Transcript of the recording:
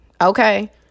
okay